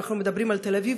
אם אנחנו מדברים על תל-אביב,